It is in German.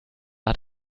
hat